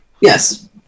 yes